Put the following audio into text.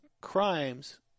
crimes